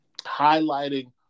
highlighting